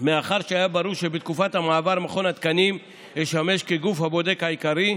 מאחר שהיה ברור שבתקופת המעבר מכון התקנים ישמש כגוף הבודק העיקרי,